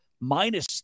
minus